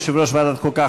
יושב-ראש ועדת החוקה,